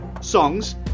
songs